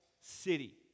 city